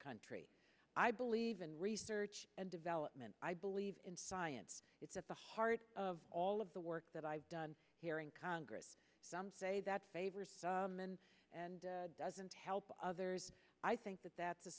country i believe in research and development i believe in science it's at the heart of all of the work that i've done here in congress some say that favors men and doesn't help others i think that that's a